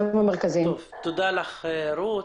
תודה לך רות,